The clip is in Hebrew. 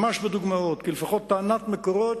ממש בדוגמאות, כי לפחות טענת "מקורות",